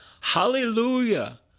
Hallelujah